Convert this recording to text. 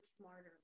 smarter